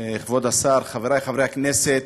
כבוד השר, חברי חברי הכנסת,